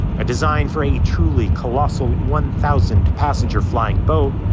a design for a truly colossal one thousand passenger flying boat,